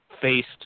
faced